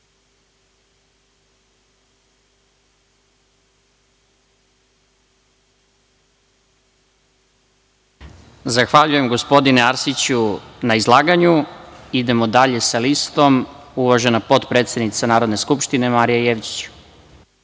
Zahvaljujem, gospodine Arsiću, na izlaganju. Idemo dalje sa listom. Reč ima uvažena potpredsednica Narodne skupštine, Marija